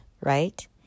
right